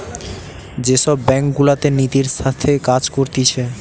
যে সব ব্যাঙ্ক গুলাতে নীতির সাথে কাজ করতিছে